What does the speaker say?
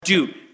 dude